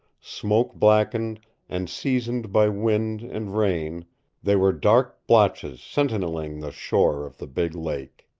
smoke-blackened and seasoned by wind and rain they were dark blotches sentineling the shore of the big lake.